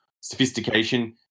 sophistication